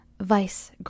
Vice